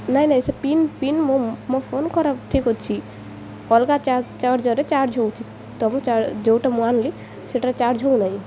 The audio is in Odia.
ନାହିଁ ନାହିଁ ସେ ପିନ୍ ପିନ୍ ମୋ ମୋ ଫୋନ ଖରାପ ଠିକ୍ ଅଛି ଅଲଗା ଚାର୍ଜର୍ରେ ଚାର୍ଜ ହେଉଛି ତ ଯେଉଁଟା ମୁଁ ଆଣିଲି ସେଇଟାରେ ଚାର୍ଜ ହଉ ନାହିଁ